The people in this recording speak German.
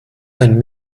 ein